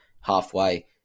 halfway